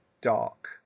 dark